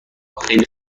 خیلی